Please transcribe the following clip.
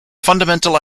fundamental